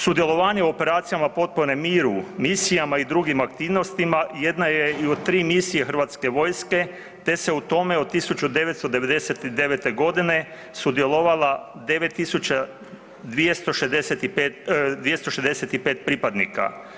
Sudjelovanje u operacijama potpore miru, misijama i drugim aktivnostima, jedna je i od 3 misije Hrvatske vojske te se u tome od 1999. g. sudjelovala 9265 pripadnika.